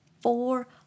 four